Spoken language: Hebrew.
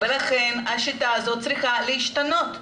ולכן השיטה הזאת צריכה להשתנות.